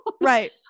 Right